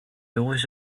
always